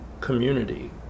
community